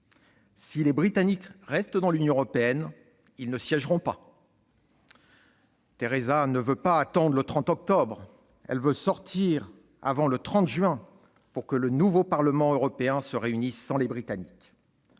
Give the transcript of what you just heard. Si les Britanniques restent dans l'Union européenne, ils ne siégeront pas. Theresa ne veut pas attendre le 30 octobre. Elle veut sortir avant le 30 juin pour que le Parlement européen nouvellement élu se réunisse sans les Britanniques.